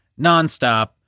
nonstop